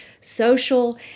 social